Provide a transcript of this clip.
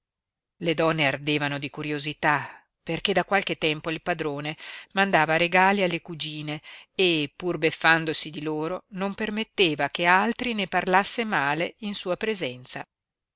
le donne ardevano di curiosità perché da qualche tempo il padrone mandava regali alle cugine e pur beffandosi di loro non permetteva che altri ne parlasse male in sua presenza